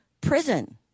prison